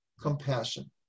compassion